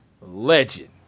legend